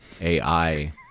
AI